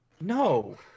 No